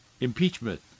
Impeachment